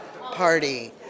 party